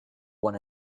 one